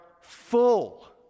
full